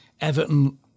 Everton